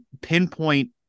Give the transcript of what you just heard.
pinpoint